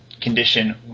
condition